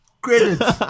Credits